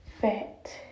Fat